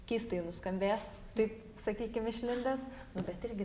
keistai nuskambės taip sakykim išlindęs nu bet irgi